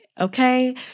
okay